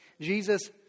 Jesus